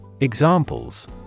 Examples